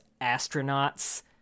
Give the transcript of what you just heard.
astronauts